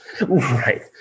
Right